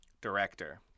director